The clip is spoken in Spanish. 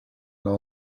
los